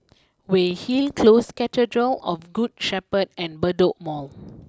Weyhill close Cathedral of good Shepherd and Bedok Mall